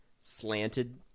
slanted